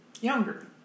younger